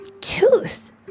tooth